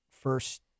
first